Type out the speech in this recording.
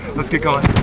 let's get going!